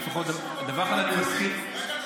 אל תאשים אותו באלימות.